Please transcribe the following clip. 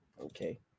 Okay